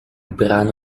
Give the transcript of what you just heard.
brano